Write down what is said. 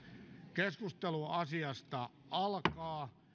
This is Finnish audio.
keskustelu alkaa